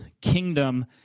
kingdom